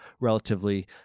relatively